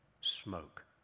smoke